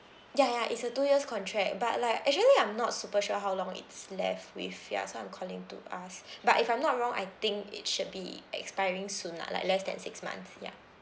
ya ya it's a two years contract but like actually I'm not super sure how long it's left with ya so I'm calling to ask but if I'm not wrong I think it should be expiring soon lah like less than six months ya